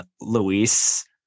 Luis